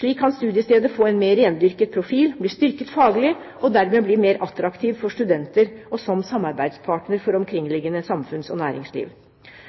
Slik kan studiestedet få en mer rendyrket profil, bli styrket faglig og dermed bli mer attraktiv for studenter og som samarbeidspartner for